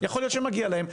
יכול להיות שמגיע להם,